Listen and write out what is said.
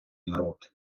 народ